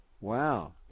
Wow